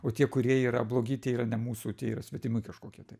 o tie kurie yra blogi tie yra ne mūsų tie yra svetimi kažkokie tai